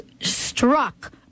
struck